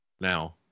now